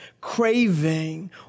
craving